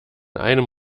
einem